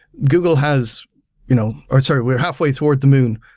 google has you know ah sorry. we're halfway toward the moon.